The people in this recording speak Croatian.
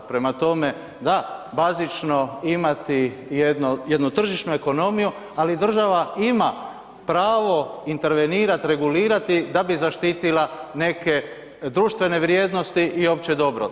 Prema tome, da bazično imati jednu, jednu tržišnu ekonomiju, ali država ima pravo intervenirat, regulirati da bi zaštitila neke društvene vrijednosti i opće dobro.